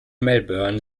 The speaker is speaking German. melbourne